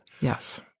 Yes